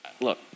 look